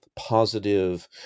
positive